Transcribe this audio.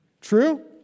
True